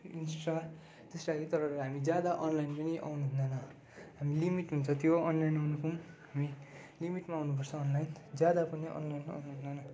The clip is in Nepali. इन्स्टा इन्स्टा चाहिँ तर ज्यादा अनलाइन पनि आउनु हुँदैन हामी लिमिट हुन्छ त्यो अनलाइन आउनुको हामी लिमिटमा आउनु पर्छ अनलाइन ज्यादा पनि अनलाइन आउनु हुँदैन